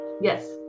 yes